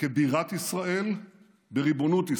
כבירת ישראל בריבונות ישראל.